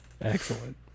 excellent